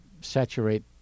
saturate